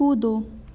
कूदो